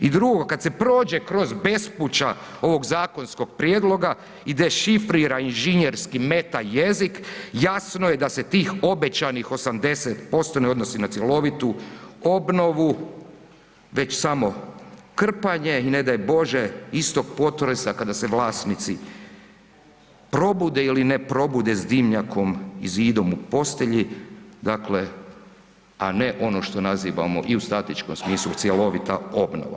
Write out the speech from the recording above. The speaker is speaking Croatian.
I drugo, kad se prođe kroz bespuća ovog zakonskog prijedloga i dešifrira inženjerski meta jezik jasno je da se tih obećanih 80% ne odnosi na cjelovitu obnovu već samo krpanje i ne daj Bože istog potresa kada se vlasnici probude ili ne probude s dimnjakom i zidom u postelji, dakle, a ne ono što nazivamo i u statičkom smislu cjelovita obnova.